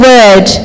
Word